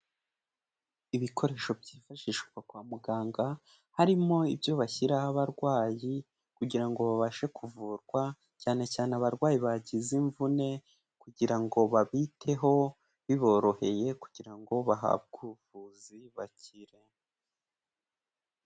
Ibikoresho byifashishwa kwa muganga, harimo ibyo bashyiraho abarwayi kugira ngo babashe kuvurwa, cyane cyane abarwayi bagize imvune kugira ngo babiteho, biboroheye kugira ngo bahabwe ubuvuzi bakire.